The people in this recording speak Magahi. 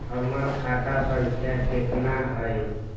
हमर खाता संख्या केतना हई?